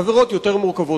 עבירות יותר מורכבות,